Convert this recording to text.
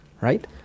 Right